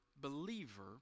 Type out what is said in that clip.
believer